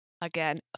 again